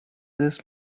this